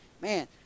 Man